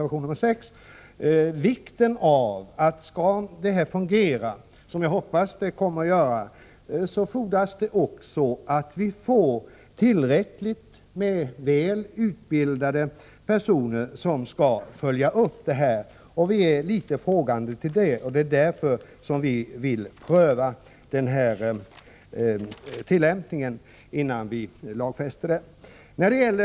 Skall denna utbyggnad av företagshälsovården fungera, vilket jag hoppas att den kommer att göra, fordras det också att vi får tillräckligt med väl utbildad personal, som skall följa upp verksamheten. Vi ställer oss litet frågande till detta. Därför vill vi pröva en frivillig utbyggnad, innan vi fastställer en lagändring.